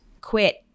quit